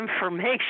information